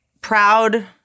proud